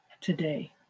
today